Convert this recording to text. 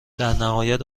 درنهایت